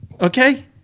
Okay